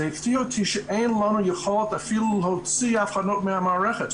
זה הפתיע אותי שאין לנו יכולת אפילו להוציא אבחנות מהמערכת.